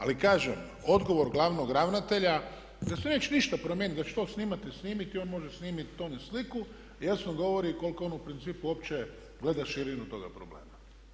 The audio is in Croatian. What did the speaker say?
Ali kažem, odgovor glavnog ravnatelja da se neće ništa promijeniti i da će to snimatelj snimiti i on može snimiti ton na sliku jasno govori koliko on u principu uopće gleda širinu toga problema.